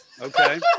Okay